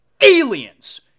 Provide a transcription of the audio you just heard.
aliens